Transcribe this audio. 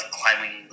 climbing